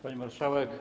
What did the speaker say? Pani Marszałek!